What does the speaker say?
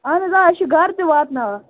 اَہن حظ آ أسۍ چھِ گَرٕ تہٕ واتناوان